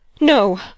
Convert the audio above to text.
No